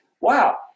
wow